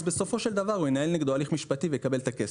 אז בסופו של דבר הוא ינהל נגדו הליך משפטי ויקבל את הכסף.